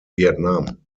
vietnam